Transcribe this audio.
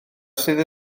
sydd